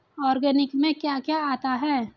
Organic में क्या क्या आता है?